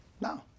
No